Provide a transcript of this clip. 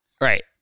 Right